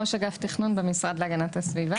ראש אגף תכנון במשרד להגנת הסביבה.